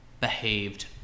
behaved